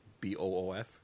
B-O-O-F